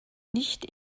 nicht